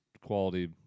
Quality